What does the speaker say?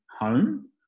home